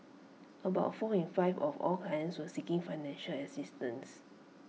about four in five of all clients were seeking financial assistance